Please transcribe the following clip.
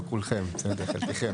לא כולכם, בסדר, חלקכם.